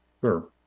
Sure